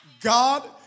God